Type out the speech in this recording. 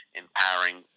empowering